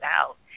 out